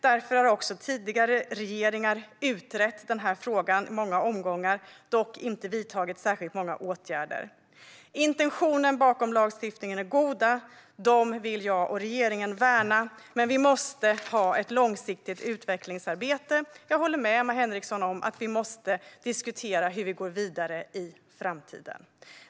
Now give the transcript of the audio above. Därför har också tidigare regeringar utrett den här frågan i många omgångar, dock inte vidtagit särskilt många åtgärder. Intentionerna bakom lagstiftningen är goda. De vill jag och regeringen värna, men vi måste ha ett långsiktigt utvecklingsarbete. Jag håller med Emma Henriksson om att vi måste diskutera hur vi går vidare i framtiden.